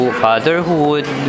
fatherhood